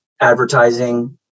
advertising